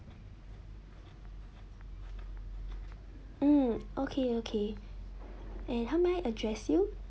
mm okay okay and how may I address you